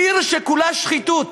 עיר שכולה שחיתות.